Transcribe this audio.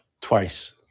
Twice